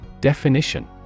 Definition